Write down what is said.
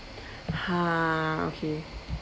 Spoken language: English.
ha okay